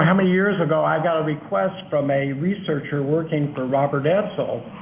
um years ago i got a request from a researcher working for robert edsel,